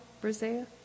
Brazil